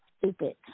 stupid